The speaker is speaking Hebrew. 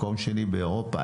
מקום שני באירופה,